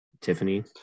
Tiffany